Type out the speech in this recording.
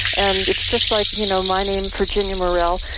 and it's just like, you know, my name, virginia morell.